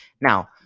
now